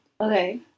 Okay